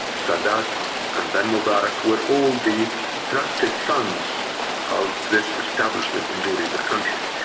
sadat and then mubarak were all the trusted sons of this establishment in ruling the country.